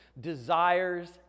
desires